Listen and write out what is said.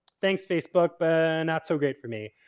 thanks facebook, but not so great for me.